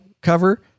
cover